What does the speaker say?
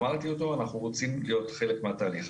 אנחנו רוצים להיות חלק מן התהליך.